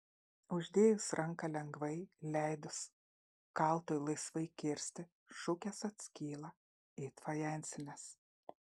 uždėjus ranką lengvai leidus kaltui laisvai kirsti šukės atskyla it fajansinės